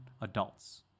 adults